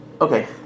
Okay